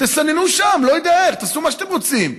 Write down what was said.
תסננו שם, לא יודע איך, תעשו מה שאתם רוצים.